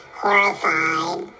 horrified